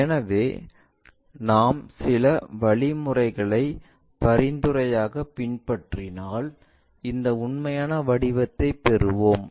எனவே நாம் சில வழிமுறைகளை பரிந்துரையாகப் பின்பற்றினால் இந்த உண்மையான வடிவத்தைப் பெறுவோம்